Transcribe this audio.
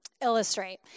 illustrate